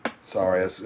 Sorry